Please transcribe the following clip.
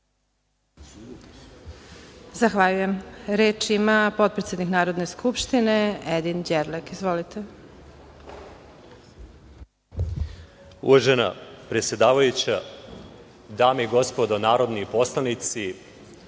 Zahvaljujem. Reč ima potpredsednik Narodne skupštine Edin Đerlek. Izvolite. **Edin Đerlek** Uvažena predsedavajuća, dame i gospodo narodni poslanici,